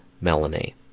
Melanie